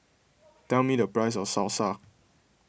tell me the price of Salsa